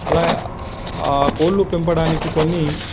అలా ఆ కోళ్ళు పెంచడానికి కొన్ని